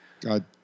God